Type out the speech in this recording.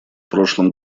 прошлом